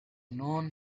known